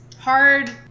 hard